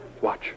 Watch